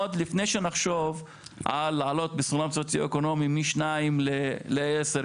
עוד לפני שנחשוב על להעלות בסולם סוציואקונומי משניים לעשר,